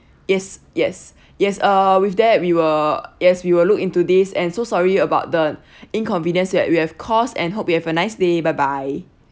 yes yes yes uh with that we will yes we will look into this and so sorry about the inconvenience that we have caused and hope you have a nice day bye bye